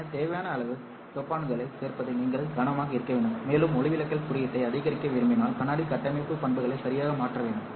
எனவே தேவையான அளவு அல்லது டோபன்ட்டைச் சேர்ப்பதில் நீங்கள் கவனமாக இருக்க வேண்டும் மேலும் ஒளிவிலகல் குறியீட்டை அதிகரிக்க விரும்பினால் கண்ணாடியின் கட்டமைப்பு பண்புகளை சரியாக மாற்ற வேண்டாம்